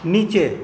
નીચે